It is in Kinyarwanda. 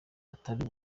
atari